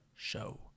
Show